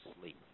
sleep